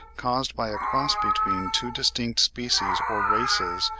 caused by a cross between two distinct species or races,